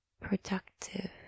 productive